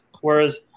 Whereas